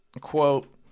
quote